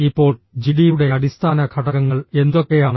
ഇപ്പോൾ ജിഡിയുടെ അടിസ്ഥാന ഘടകങ്ങൾ എന്തൊക്കെയാണ്